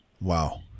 Wow